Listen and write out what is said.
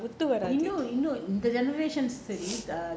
இன்னு இந்த சரி:innu intha sari